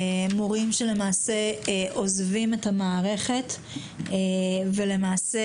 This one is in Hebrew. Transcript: שעוזבים את המערכת וממש